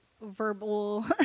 verbal